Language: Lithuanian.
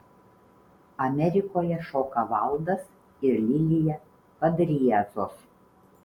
amerikoje šoka valdas ir lilija padriezos